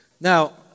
Now